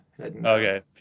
Okay